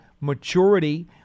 maturity